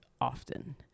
often